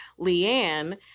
Leanne